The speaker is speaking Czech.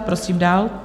Prosím dál.